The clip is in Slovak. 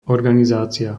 organizácia